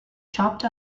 chopped